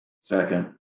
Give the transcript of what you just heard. Second